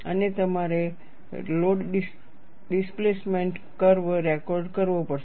અને તમારે load displacement curve record કરવો પડશે